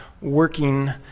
working